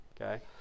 Okay